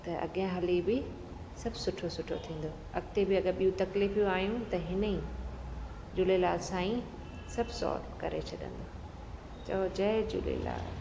त अॻियां हली बि सभु सुठो सुठो थींदो अॻिते बि अगरि ॿियूं तकलीफ़ूं आयूं त हिन ई झूलेलाल साईं सभु सोल्व करे छॾींदो चओ जय झूलेलाल